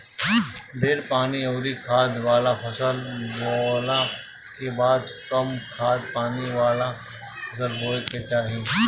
ढेर पानी अउरी खाद वाला फसल बोअला के बाद कम खाद पानी वाला फसल बोए के चाही